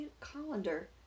colander